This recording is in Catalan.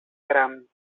gram